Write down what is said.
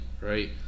right